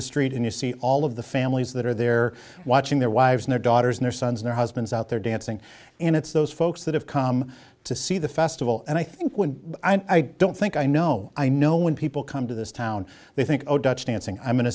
the street and you see all of the families that are there watching their wives their daughters their sons and husbands out there dancing and it's those folks that have come to see the festival and i think when i don't think i know i know when people come to this town they think oh dutch dancing i'm go